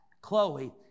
Chloe